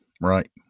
Right